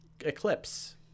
eclipse